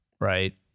right